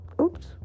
oops